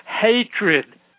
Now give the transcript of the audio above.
hatred